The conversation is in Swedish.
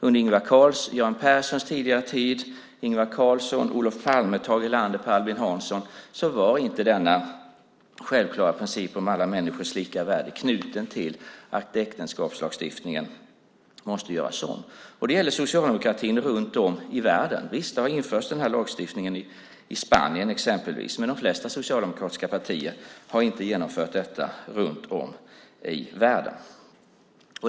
Under Göran Perssons, Ingvar Carlssons, Olof Palmes, Tage Erlanders och Per Albin Hanssons tid var inte denna självklara princip om alla människors lika värde knuten till att äktenskapslagstiftningen måste göras om. Det gäller socialdemokratin runt om i världen. Visst har denna lagstiftning införts i Spanien exempelvis, men de flesta socialdemokratiska partier runt om i världen har inte genomfört detta.